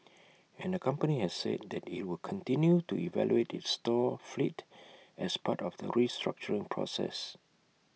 and the company has said that IT would continue to evaluate its store fleet as part of the restructuring process